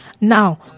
Now